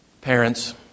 Parents